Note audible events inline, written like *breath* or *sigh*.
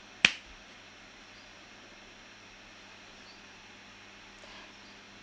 *noise* *breath*